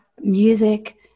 music